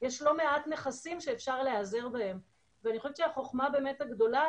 לא מעט נכסים שאפשר להיעזר בהם ואני חושבת שהחוכמה הגדולה,